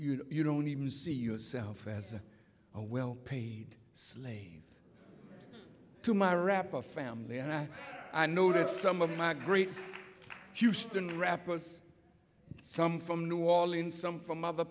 know you don't even see yourself as a well paid slave to my rapper family and i i know that some of my great houston rappers some from new orleans some from other